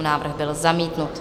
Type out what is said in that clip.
Návrh byl zamítnut.